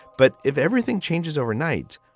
but if everything changes overnight,